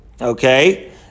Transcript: okay